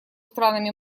странами